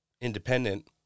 independent